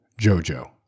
Jojo